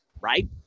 right